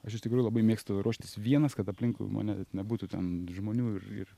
aš iš tikrųjų labai mėgstu ruoštis vienas kad aplinkui mane nebūtų ten žmonių ir ir